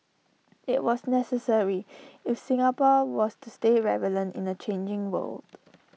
IT was necessary if Singapore was to stay relevant in A changing world